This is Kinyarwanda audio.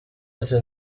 ati